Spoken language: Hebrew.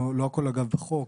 לא הכול אגב בחוק,